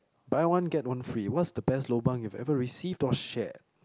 buy one get one free what's the best lobang you've ever received or share